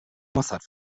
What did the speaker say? mossad